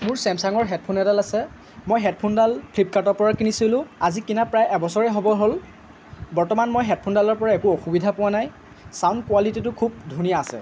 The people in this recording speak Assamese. মোৰ চেমচাঙৰ হেডফ'ন এডাল আছে মই হেডফ'নডাল ফ্লিপকাৰ্টৰ পৰা কিনিছিলোঁ আজি কিনাৰ প্ৰায় এবছৰেই হ'বৰ হ'ল বৰ্তমান মই হেডফ'নডালৰ পৰা একো অসুবিধা পোৱা নাই চাউণ্ড কোৱালিটীটো খুব ধুনীয়া আছে